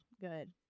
good